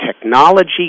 technology